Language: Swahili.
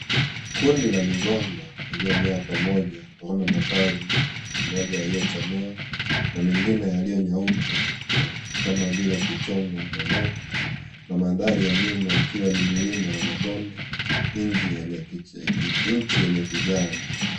Kundi la migomba iliyomea pamoja. Twaona matawi, moja yaliyochanua na mingine yaliyonyauka kama vile kuchomwa na moto na mandhari ya nyuma ikiwa ni milima na mabonde nchi yenye kijani.